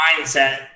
Mindset